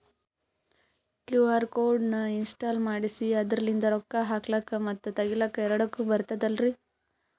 QR code ನ install ಮಾಡೆಸಿ ಅದರ್ಲಿಂದ ರೊಕ್ಕ ಹಾಕ್ಲಕ್ಕ ಮತ್ತ ತಗಿಲಕ ಎರಡುಕ್ಕು ಬರ್ತದಲ್ರಿ?